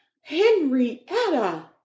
Henrietta